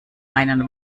einen